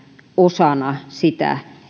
osana sitä